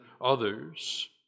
others